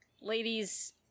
ladies